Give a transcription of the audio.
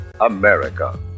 America